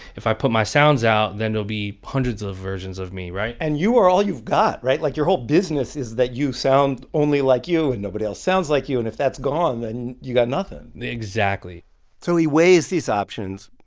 if i put my sounds out, then there'll be hundreds of versions of me, right? and you are all you've got, right? like, your whole business is that you sound only like you, and nobody else sounds like you. and if that's gone, then you've got nothing exactly so he weighs these options,